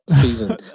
season